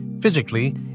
Physically